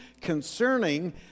concerning